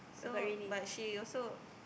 so but she also